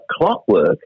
clockwork